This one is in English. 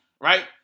right